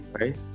right